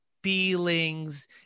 feelings